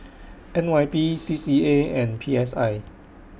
N Y P C C A and P S I